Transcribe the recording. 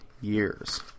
years